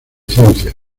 ciencias